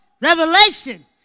Revelation